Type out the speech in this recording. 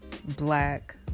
black